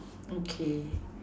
okay